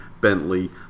Bentley